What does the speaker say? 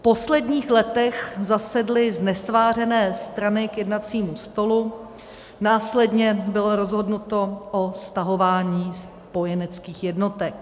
V posledních letech zasedly znesvářené strany k jednacímu stolu, následně bylo rozhodnuto o stahování spojeneckých jednotek.